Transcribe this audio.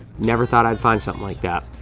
never thought i'd find something like that.